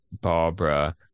Barbara